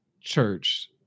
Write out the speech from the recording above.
church